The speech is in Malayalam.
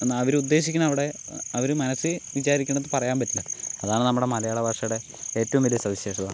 എന്നാൽ അവരുദ്ദേശിക്കണവിടെ അവർ മനസ്സിൽ വിചാരിക്കണത് പറയാൻ പറ്റില്ല അതാണ് നമ്മുടെ മലയാള ഭാഷയുടെ ഏറ്റവും വലിയ സവിശേഷത